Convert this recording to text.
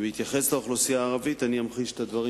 בהתייחס לאוכלוסייה הערבית אני אמחיש את הדברים